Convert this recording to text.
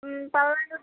ఉంటామండీ